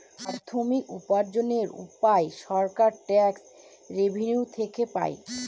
প্রাথমিক উপার্জনের উপায় সরকার ট্যাক্স রেভেনিউ থেকে পাই